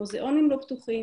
המוזיאונים לא פתוחים.